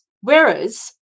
Whereas